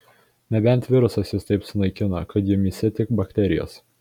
nebent virusas jus taip sunaikino kad jumyse tik bakterijos